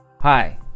Hi